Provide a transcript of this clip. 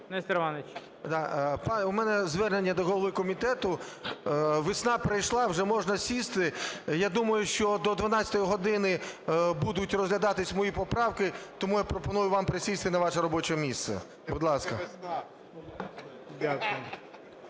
Н.І. Да, у мене звернення до голови комітету. Весна прийшла – вже можна сісти. Я думаю, що до 12 години будуть розглядатись мої поправки. Тому я пропоную вам присісти на ваше робоче місце. Будь ласка.